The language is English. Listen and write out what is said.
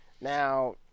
Now